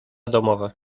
domowe